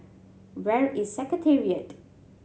where is Secretariat